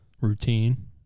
routine